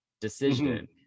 decision